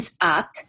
up